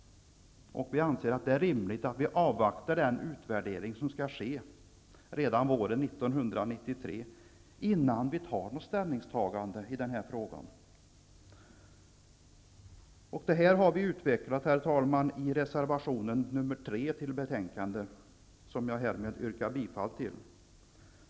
Vi anser att det är rimligt att avvakta den utvärdering som skall ske redan våren 1993, innan vi gör ett ställningstagande i denna fråga. Dessa synpunkter har vi, herr talman, utvecklat i reservation nr 3 till betänkandet, vilken jag härmed yrkar bifall till.